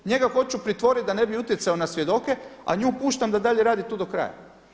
Njega hoću pritvoriti da ne bi utjecao na svjedoke a nju puštam da dalje radi to do kraja.